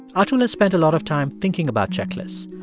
atul has spent a lot of time thinking about checklists.